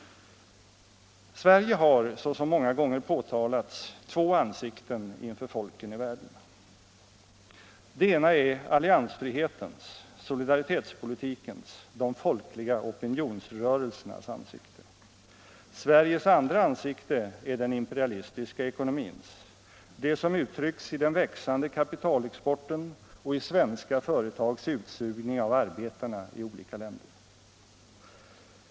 Sverige har, såsom många gånger påtalats, två ansikten inför folken i världen. Det ena är alliansfrihetens, solidaritetspolitikens, de folkliga opinionsrörelsernas ansikte. Sveriges andra ansikte är den imperialistiska ekonomins, det som uttryckes i den växande kapitalexporten och i svenska företags utsugning av arbetarna i olika länder.